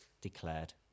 declared